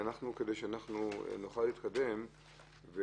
כדי שנוכל להתקדם,